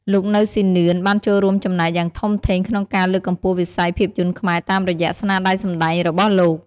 លោក នៅ សុីនឿន បានរួមចំណែកយ៉ាងធំធេងក្នុងការលើកកម្ពស់វិស័យភាពយន្តខ្មែរតាមរយៈស្នាដៃសម្តែងរបស់លោក។